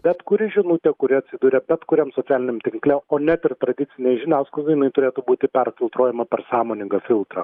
bet kuri žinutė kuri atsiduria bet kuriam socialiniam tinkle o net ir tradicinėj žiniasklaidoj inai turėtų būti perfiltruojama per sąmoningą filtrą